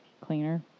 cleaner